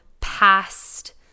past